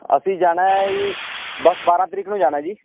ਅਸੀਂ ਜਾਣਾ ਹੈ ਜੀ ਬਸ ਬਾਰਾ ਤਰੀਕ ਨੂੰ ਜਾਣਾ ਜੀ